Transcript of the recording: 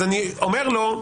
אז אני אומר לו,